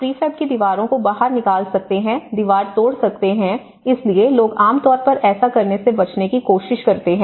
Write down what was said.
आप प्रीफ़ैब की दीवारों को बाहर निकाल सकते हैं दीवार तोड़ सकते हैं इसलिए लोग आमतौर पर ऐसा करने से बचने की कोशिश करते हैं